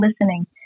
listening